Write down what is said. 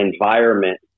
environment